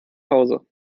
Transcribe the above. hause